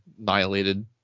annihilated